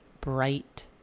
bright